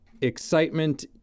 excitement